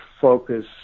focus